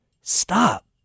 Stop